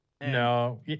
No